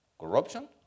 corruption